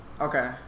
Okay